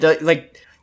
like-